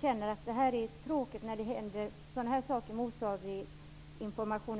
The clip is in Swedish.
känner att det är tråkigt när det händer sådana här saker med osaklig information.